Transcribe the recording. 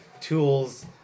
tools